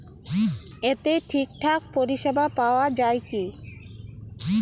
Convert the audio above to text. এতে ঠিকঠাক পরিষেবা পাওয়া য়ায় কি?